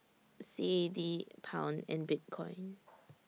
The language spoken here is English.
C A D Pound and Bitcoin